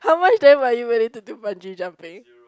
how much then are you willing to do bungee jumping